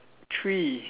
three